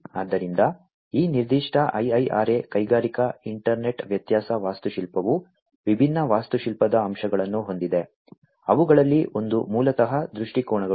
ಆದ್ದರಿಂದ ಈ ನಿರ್ದಿಷ್ಟ IIRA ಕೈಗಾರಿಕಾ ಇಂಟರ್ನೆಟ್ ವ್ಯತ್ಯಾಸ ವಾಸ್ತುಶಿಲ್ಪವು ವಿಭಿನ್ನ ವಾಸ್ತುಶಿಲ್ಪದ ಅಂಶಗಳನ್ನು ಹೊಂದಿದೆ ಅವುಗಳಲ್ಲಿ ಒಂದು ಮೂಲತಃ ದೃಷ್ಟಿಕೋನಗಳು